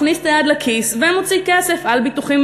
מכניס את היד לכיס ומוציא כסף על ביטוחים